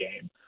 game